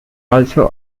also